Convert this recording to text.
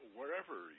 Wherever